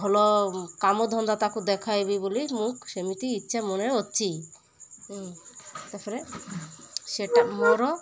ଭଲ କାମ ଧନ୍ଦା ତାକୁ ଦେଖାଇବି ବୋଲି ମୁଁ ସେମିତି ଇଚ୍ଛା ମନେ ଅଛି ତା'ପରେ ସେଇଟା ମୋର